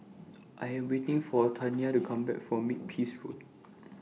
I Am waiting For Tania to Come Back from Makepeace Road